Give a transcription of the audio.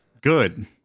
Good